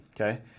Okay